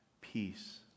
peace